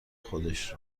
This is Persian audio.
خودش